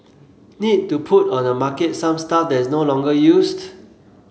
need to put on the market some stuff that is no longer used